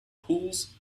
pools